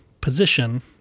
position